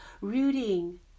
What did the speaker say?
rooting